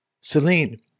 Celine